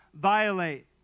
violate